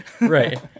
right